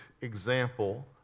example